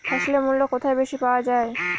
ফসলের মূল্য কোথায় বেশি পাওয়া যায়?